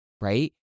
right